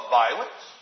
violence